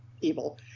evil